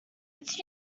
its